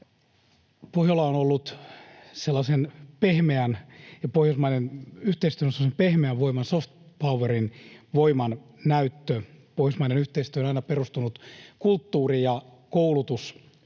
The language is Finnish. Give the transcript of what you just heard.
Pohjolan päivää kaikille! Pohjola ja pohjoismainen yhteistyö ovat olleet semmoisen pehmeän voiman, soft powerin, voimannäyttö. Pohjoismainen yhteistyö on aina perustunut kulttuuri- ja koulutusyhteistyöhön